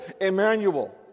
Emmanuel